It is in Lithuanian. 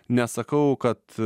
nesakau kad